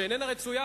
שאיננה רצויה,